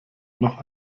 noch